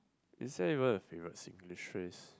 is there ever a favourite Singlish phrase